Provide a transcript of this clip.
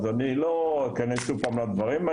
אז אני לא אכנס שוב פעם לדברים,